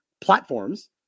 platforms